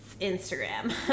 Instagram